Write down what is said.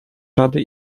rady